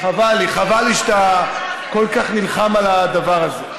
חבל לי, חבל לי שאתה כל כך נלחם על הדבר הזה.